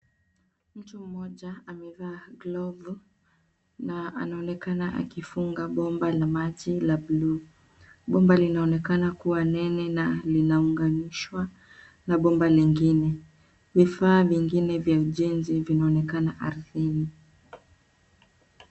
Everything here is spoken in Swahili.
Mtu Mmoja amevaa glovu, na anaonekana akifunga bomba la maji la blue . Bomba linaonekana kuwa nene na linaunganishwa na bomba lengine. Vifaa vingine vya ujenzi vinaonekana ardhini.